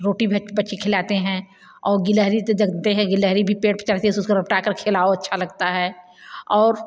रोटी भी बच्ची खिलाते हैं और गिलहरी तो देखते हैं गिलहरी भी पेड़ पे चढ़ते उस उसको रपटा कर खिलाओ अच्छा लगता है और